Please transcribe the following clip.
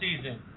season